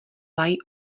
mají